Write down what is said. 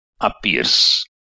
appears